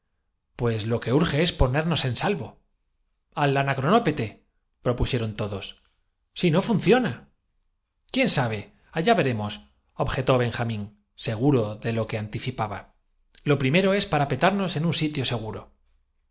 pues lo que urge es ponernos en salvo entretanto las inocentes víctimas restituidas la a al anacronópete propusieron todos existencia se abrazaban entre sí lloraban de emoción si no funciona quién sabe allá veremos objetó benjamín seguro de lo que anticipaba lo principal es parape tarnos en sitio seguro